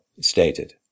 stated